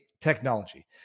technology